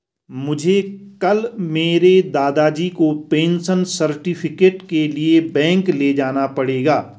मुझे कल मेरे दादाजी को पेंशन सर्टिफिकेट के लिए बैंक ले जाना पड़ेगा